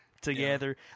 together